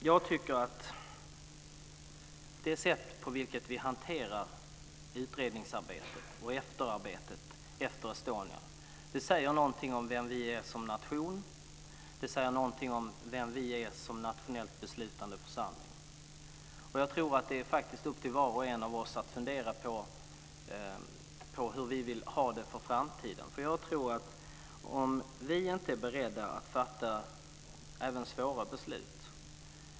Jag tycker att det sätt på vilket vi hanterar utredningsarbetet och efterarbetet när det gäller Estonia säger något om vilka vi som nation är och något om vilka vi som nationellt beslutande församling är. Jag tror att det faktiskt är upp till var och en av oss att fundera på hur vi för framtiden vill ha det. Vi måste nog vara beredda att fatta även svåra beslut.